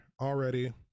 already